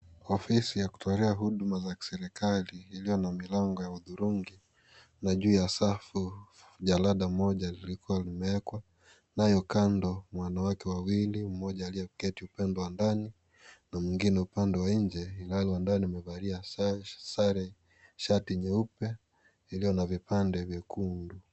Kwa ofisi ya kutolea huduma za kiserikali iliyo na milango ya hudhurungi na juu ya safu jalada moja liko limewekwa nayo kando wanawake wawili mmoja aliyeketi upande wa ndani na mwingine upande wa nje ilihali wa ndani amevalia sare shati nyeupe iliyona vipande vyekundu.